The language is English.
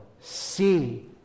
see